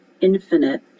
infinite